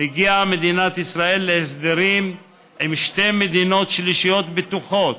הגיעה מדינת ישראל להסדרים עם שתי מדינות שלישיות בטוחות